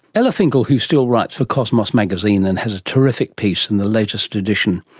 ella finkel, who still writes for cosmos magazine and has a terrific piece in the latest edition.